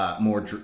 more